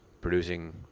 producing